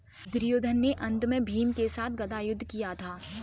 दुर्योधन ने अन्त में भीम के साथ गदा युद्ध किया था